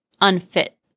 unfit